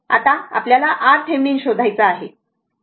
आता RThevenin शोधायचा आहे